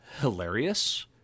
hilarious